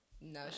No